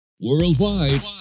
Worldwide